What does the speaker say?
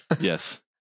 yes